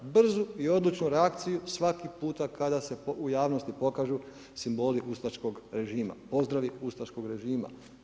Brzu i odlučnu reakciju svaki puta kada se u javnosti pokažu simboli ustaškog režima, pozdravi ustaškog režima.